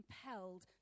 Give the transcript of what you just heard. compelled